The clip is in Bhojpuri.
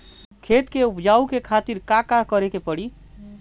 खेत के उपजाऊ के खातीर का का करेके परी?